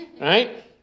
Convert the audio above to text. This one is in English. Right